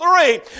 three